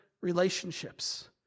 relationships